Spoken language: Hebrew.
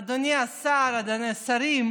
אדוני השר, השרים,